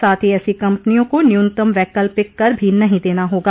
साथ ही ऐसी कम्पनियों को न्यूनतम वैकल्पिक कर भी नहीं देना होगा